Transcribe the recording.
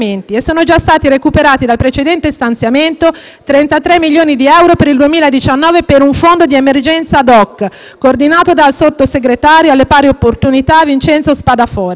33 milioni di euro per il 2019 per un fondo di emergenza *ad hoc*, coordinato dal sottosegretario alle pari opportunità Vincenzo Spadafora.